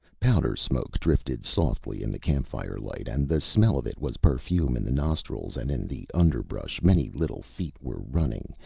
powder smoke drifted softly in the campfire light and the smell of it was perfume in the nostrils and in the underbrush many little feet were running,